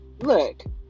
look